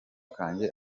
kanjye